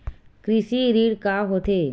कृषि ऋण का होथे?